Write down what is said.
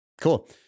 Cool